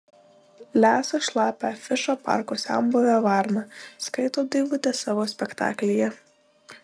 lesa šlapią afišą parko senbuvė varna skaito daivutė savo spektaklyje